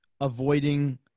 avoiding